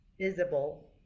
visible